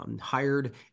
hired